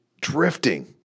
drifting